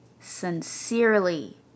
sincerely